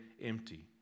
empty